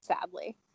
Sadly